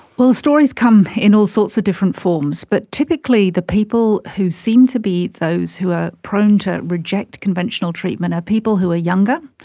well, stories come in all sorts of different forms, but typically the people who seem to be those who are prone to reject conventional treatment are people who are younger,